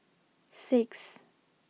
six